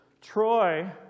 Troy